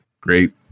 Great